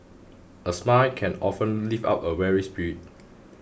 a smile can often lift up a weary spirit